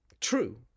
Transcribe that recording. true